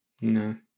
No